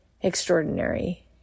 extraordinary